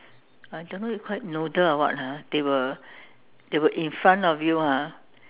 I don't know you call it noodle or what ah they will in front of you ah